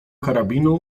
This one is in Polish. karabinu